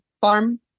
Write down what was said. farm